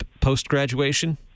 post-graduation